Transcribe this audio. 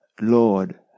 Lord